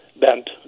bent